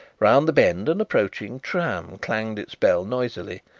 round the bend an approaching tram clanged its bell noisily,